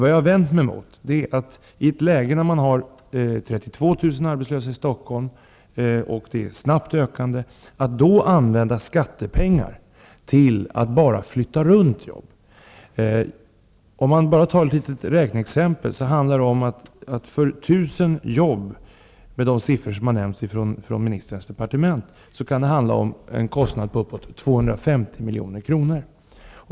Vad jag har vänt mig mot är att man, i ett läge med 32 000 arbetslösa i Stockholm och där antalet snabbt ökar, använder skattepengar till att bara flytta runt jobb. För att bara ta ett litet exempel, med de siffror som har nämnts från ministerns departement, kan det för 1 000 jobb bli en kostnad på uppåt 250 milj.kr.